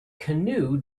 canoe